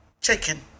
Chicken